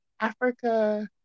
Africa